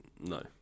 no